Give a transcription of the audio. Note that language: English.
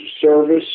Service